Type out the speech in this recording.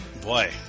boy